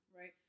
Right